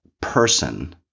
person